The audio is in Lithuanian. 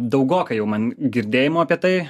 daugokai jau man girdėjimo apie tai